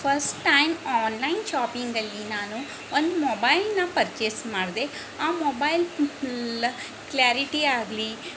first time online ಶಾಪಿಂಗಲ್ಲಿ ನಾನು ಒಂದು ಮೊಬೈಲ್ನ ಪರ್ಚೇಸ್ ಮಾಡಿದೆ ಆ ಮೊಬೈಲ್ ಫುಲ್ ಕ್ಲ್ಯಾರಿಟಿ ಆಗಲಿ